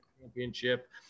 championship